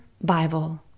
Bible